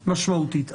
משמעותית.